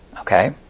Okay